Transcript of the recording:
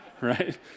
Right